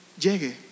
llegue